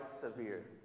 severe